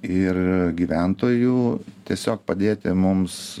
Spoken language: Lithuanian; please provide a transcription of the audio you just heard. ir gyventojų tiesiog padėti mums